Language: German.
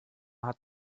hat